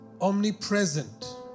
omnipresent